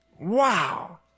Wow